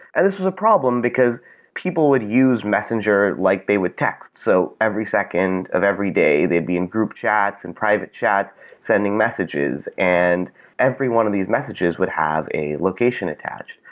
and this was a problem, because people use messenger like they would text. so every second of every day they'd be in group chats and private chats sending messages, and every one of these messages would have a location attacked.